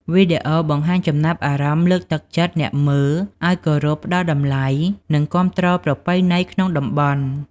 វីដេអូបង្ហាញចំណាប់អារម្មណ៍លើកទឹកចិត្តអ្នកមើលឲ្យគោរព ផ្ដល់តម្លៃ និងគាំទ្រប្រពៃណីក្នុងតំបន់។